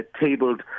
tabled